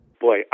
Boy